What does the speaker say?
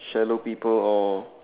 shallow people or